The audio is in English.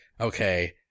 okay